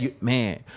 Man